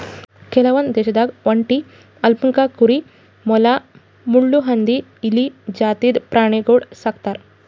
ಕೆಲವೊಂದ್ ದೇಶದಾಗ್ ಒಂಟಿ, ಅಲ್ಪಕಾ ಕುರಿ, ಮೊಲ, ಮುಳ್ಳುಹಂದಿ, ಇಲಿ ಜಾತಿದ್ ಪ್ರಾಣಿಗೊಳ್ ಸಾಕ್ತರ್